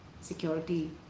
security